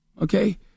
Okay